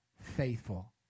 faithful